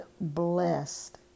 blessed